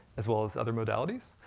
as well as other modalities.